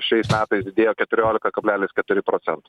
šiais metais didėjo keturiolika kablelis keturi procento